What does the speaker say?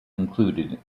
included